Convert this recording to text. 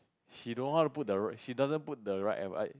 she don't know how to put the right she doesn't put the right advise